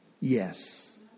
yes